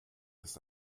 ist